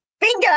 bingo